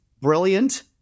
brilliant